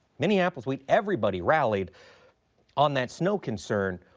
minneapolis wheat, everybody rallied on that snow concern.